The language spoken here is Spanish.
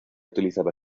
utilizaba